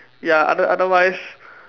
ya other otherwise